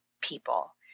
people